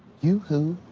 yoo-hoo.